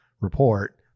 report